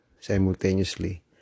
simultaneously